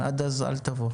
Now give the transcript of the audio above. העברת הנתונים תהיה אוטומטית.